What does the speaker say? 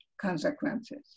consequences